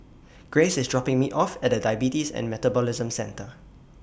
Grace IS dropping Me off At Diabetes and Metabolism Centre